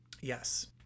Yes